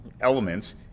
elements